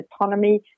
autonomy